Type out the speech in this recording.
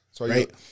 Right